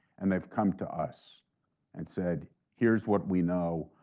and they've come to us and said, here's what we know,